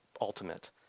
ultimate